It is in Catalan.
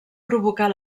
provocar